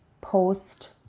post